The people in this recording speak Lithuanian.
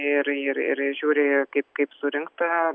ir ir ir žiūri kaip kaip surinkta